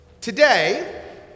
Today